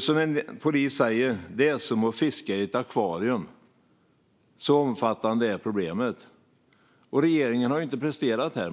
Som en polis säger: Det är som att fiska i ett akvarium. Så omfattande är problemet. Regeringen har inte presterat när det gäller detta.